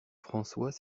françois